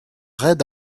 raid